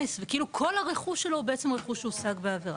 וכאילו כל הרכוש שלו הוא רכוש שהושג בעבירה.